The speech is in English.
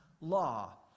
law